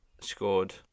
scored